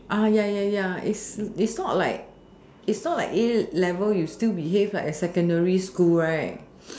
ya ya ya it's it's not like it's not like A level you still behave like a secondary school right